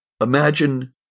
Imagine